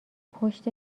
پشت